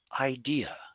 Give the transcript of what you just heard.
idea